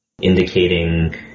indicating